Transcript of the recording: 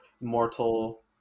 mortal